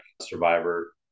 survivor